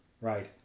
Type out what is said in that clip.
right